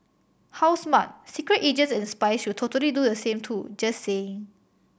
how smart secret agents and spies should totally do the same too just saying